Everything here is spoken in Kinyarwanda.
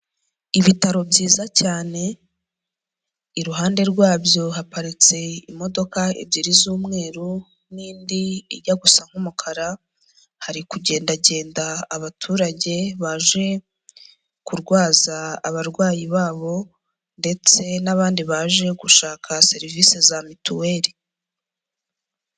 Ibitaro byiza cyane iruhande rwabyo haparitse imodoka ebyiri z'umweru n'indi ijya gusa nk'umukara, hari kugendagenda abaturage baje kurwaza abarwayi babo, ndetse n'abandi baje gushaka serivisi za mituweri.